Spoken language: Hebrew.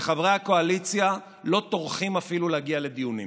וחברי הקואליציה לא טורחים אפילו להגיע לדיונים.